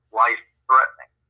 life-threatening